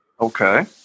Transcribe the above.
Okay